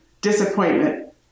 disappointment